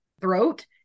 throat